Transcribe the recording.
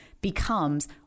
becomes